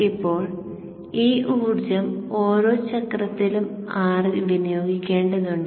ഇപ്പോൾ ഈ ഊർജ്ജം ഓരോ ചക്രത്തിലും R ൽ വിനിയോഗിക്കേണ്ടതുണ്ട്